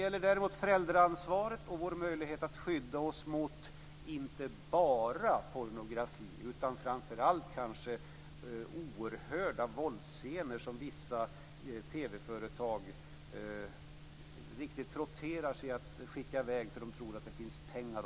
På den punkten är Ewa Larsson och jag troligen helt överens. Det står i rapporten att den nya tekniken med filter i någon form kan ges ökad möjlighet att fungera via en tidig varudeklaration av program.